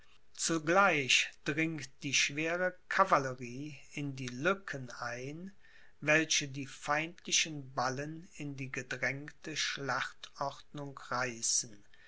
zugleich dringt die schwere cavallerie in die lücken ein welche die feindlichen ballen in die gedrängte schlachtordnung reißen